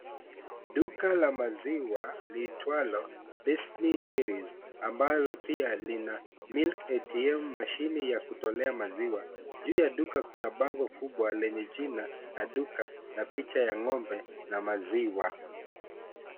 Duka la maziwa liitwalo "Destiny Dairies" ambalo pia lina milk ATM mashine ya kutolea maziwa, juu ya duka kuna bango kubwa lenye jina la duka na picha ya ng'ombe na maziwa.